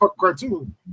cartoon